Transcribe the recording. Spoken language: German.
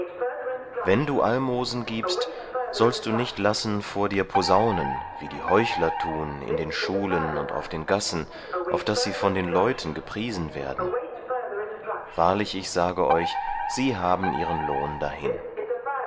wenn du almosen gibst sollst du nicht lassen vor dir posaunen wie die heuchler tun in den schulen und auf den gassen auf daß sie von den leuten gepriesen werden wahrlich ich sage euch sie haben ihren lohn dahin